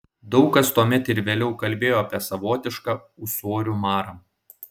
daug kas tuomet ir vėliau kalbėjo apie savotišką ūsorių marą